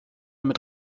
mit